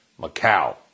Macau